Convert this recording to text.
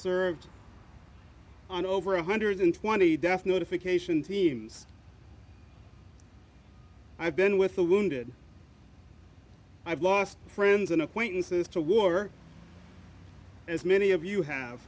served on over a one hundred and twenty death notification teams i've been with the wounded i've lost friends and acquaintances to war as many of you have